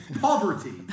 poverty